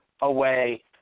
away